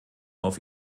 auf